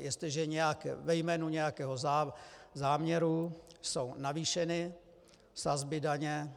Jestliže ve jménu nějakého záměru jsou navýšeny sazby daně